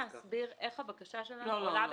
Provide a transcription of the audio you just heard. בשביל שזה יהיה תואם את בקשת היועץ ואת